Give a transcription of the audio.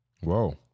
Whoa